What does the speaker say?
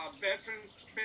veterans